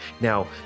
Now